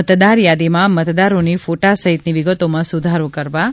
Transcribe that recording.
મતદાર યાદીમાં મતદારોની ફોટા સહિતની વિગતોમાં સુધારો કરવા